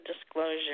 disclosure